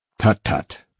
Tut-tut